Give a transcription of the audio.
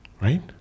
Right